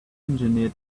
engineered